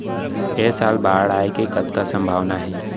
ऐ साल बाढ़ आय के कतका संभावना हे?